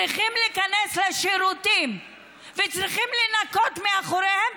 צריכים להיכנס לשירותים וצריכים לנקות אחריהם,